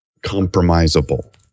compromisable